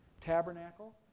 Tabernacle